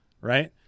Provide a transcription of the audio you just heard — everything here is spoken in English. right